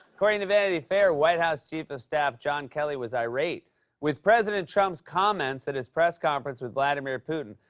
according to vanity fair, white house chief of staff john kelly was irate with president trump's comments at his press conference with vladimir putin.